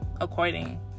according